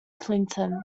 clinton